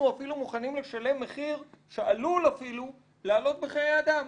אפילו מוכנים לשלם מחיר שעלול לעלות בחיי אדם.